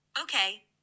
Okay